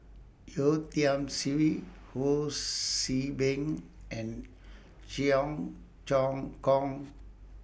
Yeo Tiam Siew Ho See Beng and Cheong Choong Kong